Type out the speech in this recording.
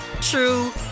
true